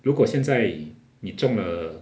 如果现在你中了